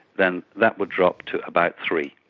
then that would drop to about three.